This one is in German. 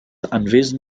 anwesen